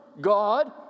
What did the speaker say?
God